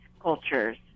cultures